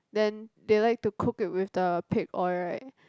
then they like to cook it with the pig oil right